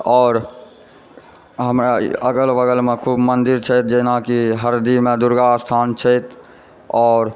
आओर हमरा अगल बगलमे खूब मन्दिर छथि जेना हरदीमे दुर्गा स्थान छथि आओर